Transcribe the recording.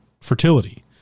fertility